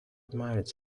admired